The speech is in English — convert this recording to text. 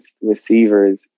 receivers